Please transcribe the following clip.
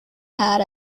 had